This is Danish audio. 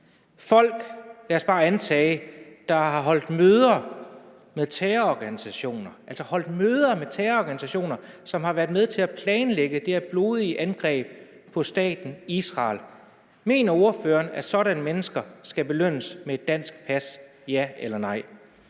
møder med terrororganisationer, altså holdt møder med terrororganisationer, som har været med til at planlægge det her blodige angreb på staten Israel, sådanne mennesker, skal belønnes med et dansk pas – ja eller nej?